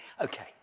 Okay